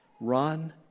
Run